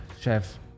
Chef